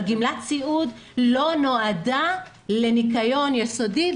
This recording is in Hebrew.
אבל גמלת סיעוד לא נועדה לניקיון יסודי.